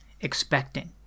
expecting